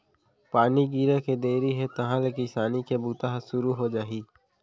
पानी गिरे के देरी हे तहॉं ले किसानी के बूता ह सुरू हो जाही